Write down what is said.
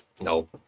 No